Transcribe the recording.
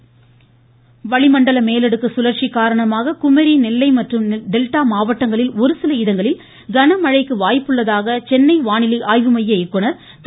மழை வாய்ஸ் வளிமண்டல மேலடுக்கு சுழற்சி காரணமாக குமரி நெல்லை மற்றும் டெல்டா மாவட்டங்களில் ஒரு சில இடங்களில் கனமழைக்கு வாய்ப்புள்ளதாக சென்னை வானிலை ஆய்வு மைய இயக்குநர் திரு